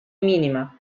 minima